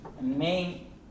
main